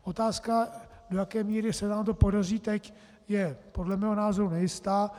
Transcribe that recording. Otázka, do jaké míry se nám to podaří teď, je podle mého názoru nejistá.